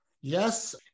Yes